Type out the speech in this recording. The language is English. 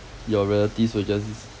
your relatives will just